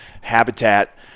habitat